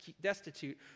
destitute